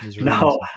No